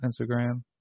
instagram